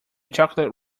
chocolate